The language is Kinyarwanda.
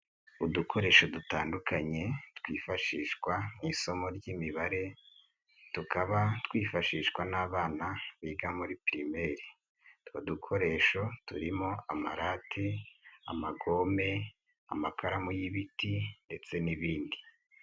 Udukoresho dutandukanye twifashishwa mu isomo ry'imibare tukaba twifashishwa n'abana biga muri pirimeri, utwo dukoresho turimo amarati, amagome, amakaramu y'ibiti ndetse n'ibindi.